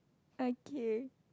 okay